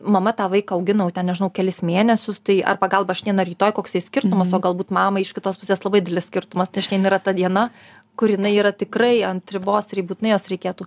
mama tą vaiką augina jau ten nežinau kelis mėnesius tai ar pagalba ar rytoj koks jai skirtumas o galbūt mamai iš kitos pusės labai didelis skirtumas yra ta diena kur jinai yra tikrai ant ribos ir jai būtinai jos reikėtų